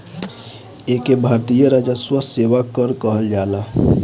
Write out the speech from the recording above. एके भारतीय राजस्व सेवा कर कहल जाला